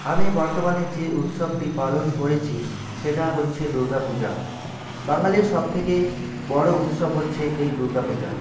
আমি বর্তমানে যে উৎসবটি পালন করেছি সেটা হচ্ছে দুর্গা পূজা বাঙালির সবথেকে বড় উৎসব হচ্ছে এই দুর্গা পূজা